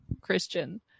christian